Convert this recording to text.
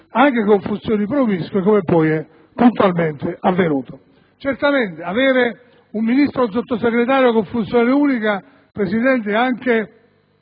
anche con funzioni promiscue, come poi puntualmente è avvenuto. Certamente avere un Ministro o un Sottosegretario con funzione unica è un lusso che